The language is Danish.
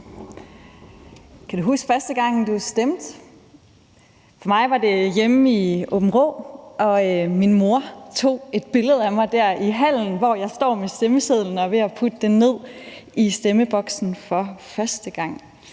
Kan du huske, første gang du stemte? For mig var det hjemme i Aabenraa, og min mor tog et billede af mig dér i hallen, hvor jeg står med stemmesedlen og er ved at putte den ned i stemmeurnen for første gang.